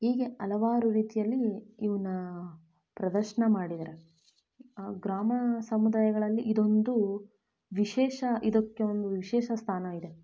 ಹೀಗೆ ಹಲವಾರು ರೀತಿಯಲ್ಲಿ ಇವನ್ನ ಪ್ರದರ್ಶನ ಮಾಡಿದರೆ ಆ ಗ್ರಾಮ ಸಮುದಾಯಗಳಲ್ಲಿ ಇದೊಂದು ವಿಶೇಷ ಇದಕ್ಕೊಂದು ವಿಶೇಷ ಸ್ಥಾನ ಇದೆ